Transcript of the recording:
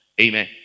Amen